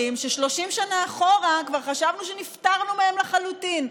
ש-30 שנה אחורה כבר חשבנו שנפטרנו מהם לחלוטין.